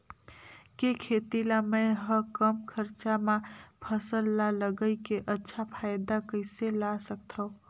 के खेती ला मै ह कम खरचा मा फसल ला लगई के अच्छा फायदा कइसे ला सकथव?